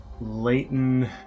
Leighton